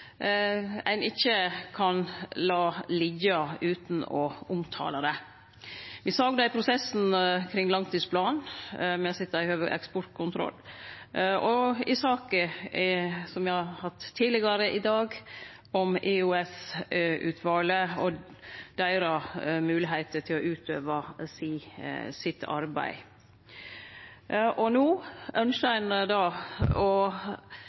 ein ikkje kan la liggje utan å omtale det. Me såg det i prosessen kring langtidsplanen, me har sett det òg i samband med eksportkontroll og i saka som me har hatt tidlegare i dag, om EOS-utvalet og deira moglegheit til å utøve sitt arbeid. No ynskjer ein å